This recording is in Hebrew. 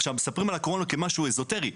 מדברים על הקורונה כמשהו איזוטרי.